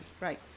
right